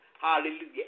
Hallelujah